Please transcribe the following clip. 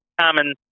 common